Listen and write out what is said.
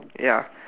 ya